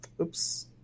Oops